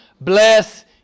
bless